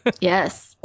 Yes